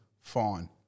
fine